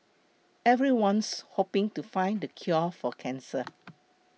everyone's hoping to find the cure for cancer